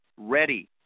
ready